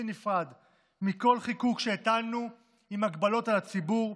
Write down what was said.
נפרד מכל חיקוק שהטלנו עם הגבלות על הציבור,